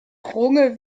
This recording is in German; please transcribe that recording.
runge